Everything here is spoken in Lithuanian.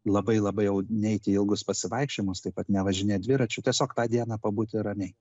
labai labai jau neiti į ilgus pasivaikščiojimus taip pat nevažinėt dviračiu tiesiog tą dieną pabūti ramiai